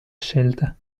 scelta